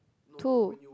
two